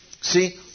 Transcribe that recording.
See